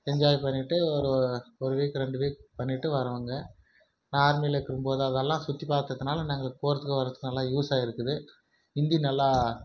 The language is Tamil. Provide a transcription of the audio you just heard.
என்ஜாய் பண்ணிவிட்டு ஒரு ஒரு வீக் ரெண்டு வீக் பண்ணிகிட்டு வரோங்க நான் ஆர்மியில் இருக்கும்போது அதெலாம் சுற்றி பார்த்ததுனால நாங்கள் போறதுக்கும் வரதுக்கும் நல்லா யூஸ் ஆயிருக்குது ஹிந்தி நல்லா